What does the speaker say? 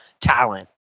talent